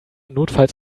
notfalls